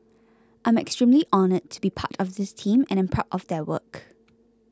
I'm extremely honoured to be part of this team and am proud of their work